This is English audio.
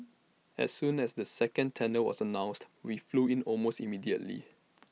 as soon as the second tender was announced we flew in almost immediately